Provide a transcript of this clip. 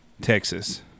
Texas